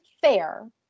fair